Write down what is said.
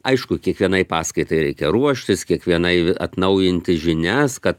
aišku kiekvienai paskaitai reikia ruoštis kiekvienai atnaujinti žinias kad